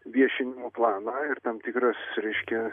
viešinimo planą ir tam tikras reiškia